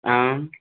आम्